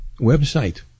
website